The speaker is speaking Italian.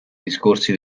discorsi